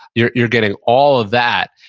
you're you're getting all of that.